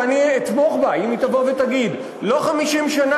אני אתמוך בה אם היא תבוא ותגיד: לא 50 שנה,